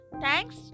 Thanks